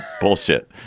bullshit